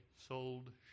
sold